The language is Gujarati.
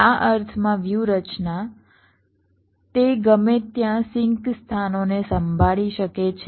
આ અર્થમાં વ્યૂહરચના તે ગમે ત્યાં સિંક સ્થાનોને સંભાળી શકે છે